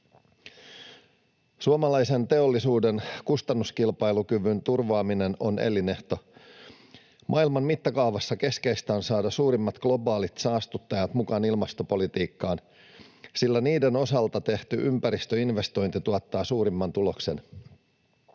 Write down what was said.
Suomalaisen teollisuuden kustannuskilpailukyvyn turvaaminen on elinehto. Maailman mittakaavassa keskeistä on saada suurimmat globaalit saastuttajat mukaan ilmastopolitiikkaan, sillä niiden osalta tehty ympäristöinvestointi tuottaa suurimman tuloksen.